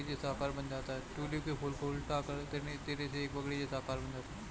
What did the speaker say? tulip के फूल को उलट देने से एक पगड़ी जैसा आकार बन जाता है